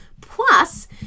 Plus